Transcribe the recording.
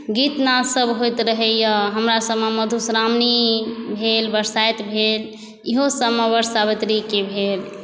गीत नाद सब होइत रहैया हमरा सभमे मधुश्रावणी भेल बरसाइत भेल इहो सबमे वटसवित्रीके भेल